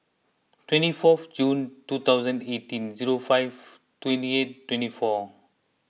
twenty fourth June two thousand eighteen zero five twenty eight twenty four